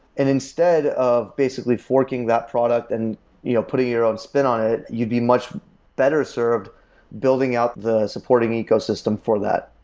and instead of basically forking that product and you know putting your own spin on it, you'd be much better served building out the support ecosystem for that.